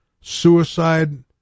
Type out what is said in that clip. Suicide